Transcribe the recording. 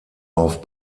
auf